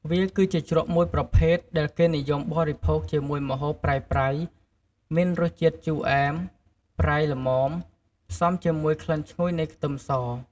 វាគឺជាជ្រក់មួយប្រភេទដែលគេនិយមបរិភោគជាមួយម្ហូបប្រៃៗ មានរសជាតិជូរអែម ប្រៃ ល្មម ផ្សំជាមួយក្លិនឈ្ងុយនៃខ្ទឹមស។